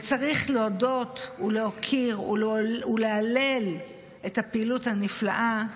וצריך להודות ולהוקיר ולהלל את הפעילות הנפלאה